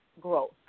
growth